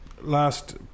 last